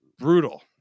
brutal